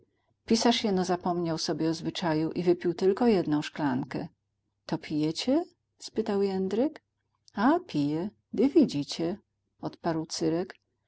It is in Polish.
pisarz jeno zapomniał sobie o zwyczaju i wypił tylko jedną szklankę to pijecie spytał jędrek a piję dy widzicie odparł cyrek